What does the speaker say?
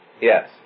Yes